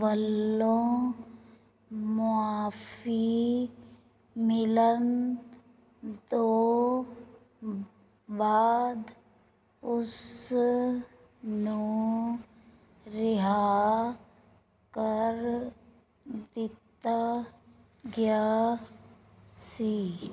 ਵੱਲੋਂ ਮੁਆਫ਼ੀ ਮਿਲਣ ਤੋਂ ਬਾਅਦ ਉਸ ਨੂੰ ਰਿਹਾਅ ਕਰ ਦਿੱਤਾ ਗਿਆ ਸੀ